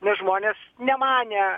nes žmonės nemanė